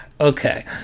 Okay